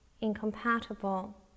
incompatible